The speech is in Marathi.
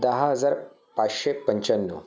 दहा हजार पाचशे पंच्याण्णव